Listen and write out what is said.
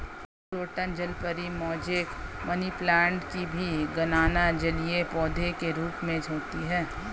croton जलपरी, mosaic, money plant की भी गणना जलीय पौधे के रूप में होती है